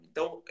Então